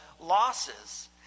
losses